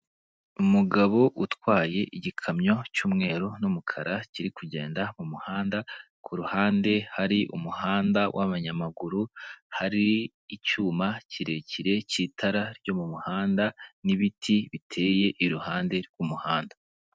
Umugabo utwaye igikamyo cy'umweru n'umukara kiri kugenda mumuhanda kuruhande hari umuhanda wabanyamaguru hari icyuma kirekire cy'itara ryo mu muhanda n'ibiti biteye iruhande rwumuhanda.